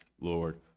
Lord